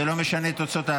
התשפ"ד 2024,